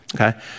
okay